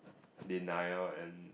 denial and